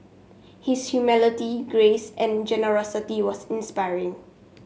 his humility grace and generosity was inspiring